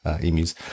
emus